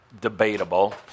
debatable